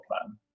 plan